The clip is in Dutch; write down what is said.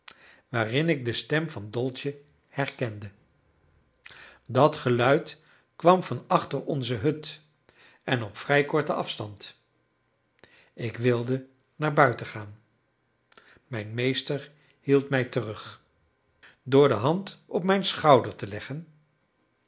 waarin ik de stem van dolce herkende dat geluid kwam van achter onze hut en op vrij korten afstand ik wilde naar buiten gaan mijn meester hield mij terug door de hand op mijn schouder te leggen